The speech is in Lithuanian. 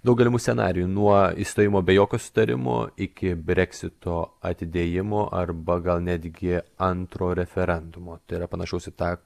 daug galimų scenarijų nuo išstojimo be jokio susitarimo iki breksito atidėjimo arba gal netgi antro referendumo tai yra panašaus į tą